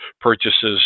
purchases